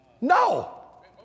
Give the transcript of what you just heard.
No